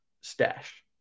stash